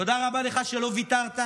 תודה רבה לך על שלא ויתרת,